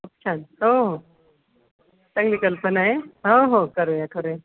खूप छान हो हो चांगली कल्पना आहे हो हो करूया करूया